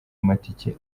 amatike